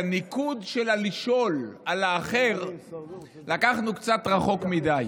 הניקוד של לשאול על האחר לקחנו קצת רחוק מדי,